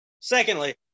secondly